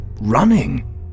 running